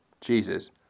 Jesus